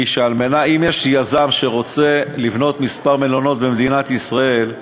היא שאם יש יזם שרוצה לבנות כמה מלונות במדינת ישראל,